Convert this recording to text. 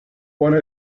one